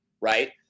right